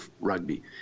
rugby